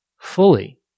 fully